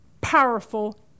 powerful